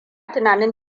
tunanin